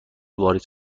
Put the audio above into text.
واریز